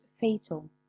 fatal